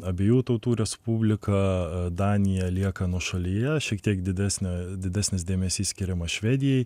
abiejų tautų respublika danija lieka nuošalyje šiek tiek didesnė didesnis dėmesys skiriamas švedijai